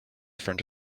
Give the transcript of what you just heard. front